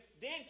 Dan